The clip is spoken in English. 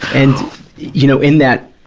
and you know, in that,